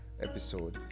episode